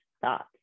thoughts